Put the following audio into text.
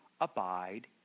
abide